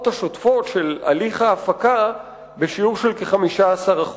השוטפות של הליך ההפקה בשיעור של כ-15%,